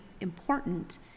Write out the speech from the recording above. important